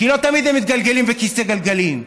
כי לא תמיד הם מתגלגלים בכיסא גלגלים,